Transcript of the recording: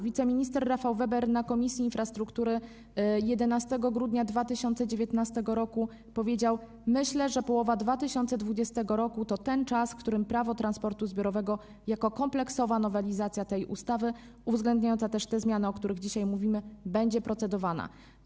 Wiceminister Rafał Weber na posiedzeniu Komisji Infrastruktury 11 grudnia 2019 r. powiedział: Myślę, że połowa 2020 r. to ten czas, w którym prawo transportu zbiorowego jako kompleksowa nowelizacja tej ustawy, uwzględniająca też te zmiany, o których dzisiaj mówimy, będzie procedowana.